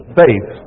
faith